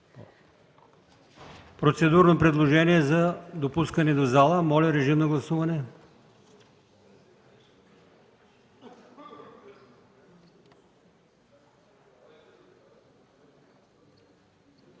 процедурно предложение за допускане до зала. Моля, гласувайте.